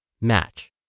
match